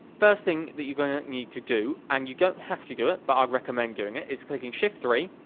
first thing that you're gonna need to do, and you don't have to do it but i recommend doing it, is clicking shift three